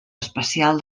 especial